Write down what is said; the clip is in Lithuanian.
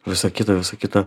visa kita visa kita